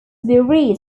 buried